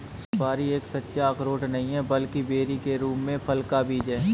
सुपारी एक सच्चा अखरोट नहीं है, बल्कि बेरी के रूप में फल का बीज है